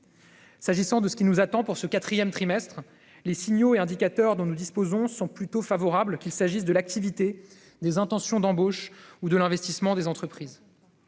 S'agissant de ce qui nous attend pour ce quatrième trimestre, les signaux et indicateurs dont nous disposons sont plutôt favorables, qu'il s'agisse de l'activité, des intentions d'embauches ou de l'investissement des entreprises.